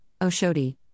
Oshodi